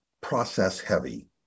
process-heavy